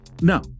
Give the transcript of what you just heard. No